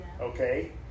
Okay